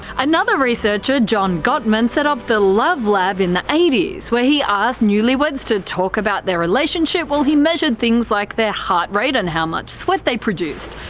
another researcher, john gottman, set up the love lab in the eighty s, where he asked newlyweds to speak about their relationship while he measured things like their heart rate and how much sweat they produced.